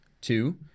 Two